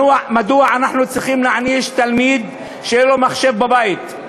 מדוע אנחנו צריכים להעניש תלמיד שלא יהיה לו מחשב בבית,